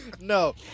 No